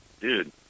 Dude